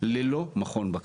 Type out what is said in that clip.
ללא מכון בקרה.